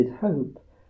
hope